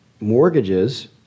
mortgages